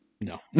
No